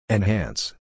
Enhance